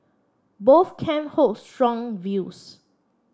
both camp hold strong views